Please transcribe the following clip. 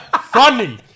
Funny